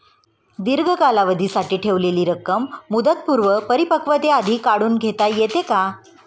दीर्घ कालावधीसाठी ठेवलेली रक्कम मुदतपूर्व परिपक्वतेआधी काढून घेता येते का?